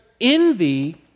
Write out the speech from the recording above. envy